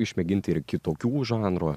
išmėginti ir kitokių žanrų